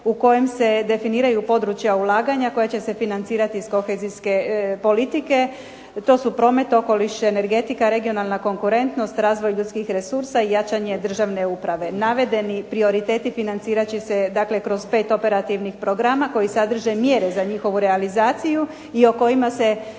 u kojem se definiraju područja ulaganja koja će se financirati iz kohezijske politike, to su promet, okoliš, energetika, regionalna konkurentnost, razvoj ljudskih resursa, i jačanje državne uprave. Navedeni prioriteti financirat će se dakle kroz pet operativnih programa, koji sadrže mjere za njihovu realizaciju i o kojima se